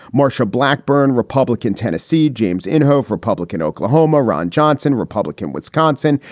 marsha blackburn, republican, tennessee. james inhofe, republican, oklahoma. ron johnson, republican, wisconsin.